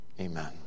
Amen